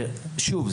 שוב,